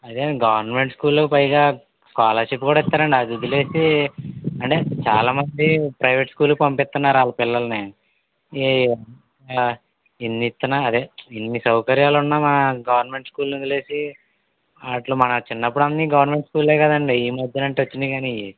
అదే అండి గవర్నమెంట్ స్కూలులో పైగా స్కాలర్షిప్ కూడా ఇస్తారండి అది వదిలేసి అండి చాలా మంది ప్రైవేట్ స్కూళ్ళకి పంపిస్తున్నారు వాళ్ళ పిల్లల్ని ఈ ఇన్ని ఇస్తున్నా అదే ఇన్ని సౌకర్యాలున్నా గవర్నమెంట్ స్కూల్ని వదిలేసీ అలా మా చిన్నప్పుడు అన్నీ గవర్నమెంట్ స్కూళ్ళే కదండి ఈ మధ్య అంటే వచ్చాయి కానీ ఇవి